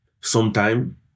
sometime